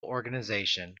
organization